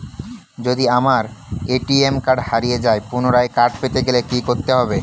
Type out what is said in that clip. যদি আমার ATM card হারিয়ে যায় পুনরায় কার্ড পেতে গেলে কি করতে হবে?